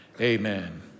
amen